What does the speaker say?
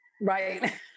Right